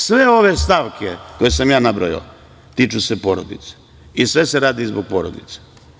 Sve ove stavke koje sam ja nabrojao tiču se porodice i sve se radi zbog porodice.